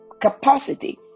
capacity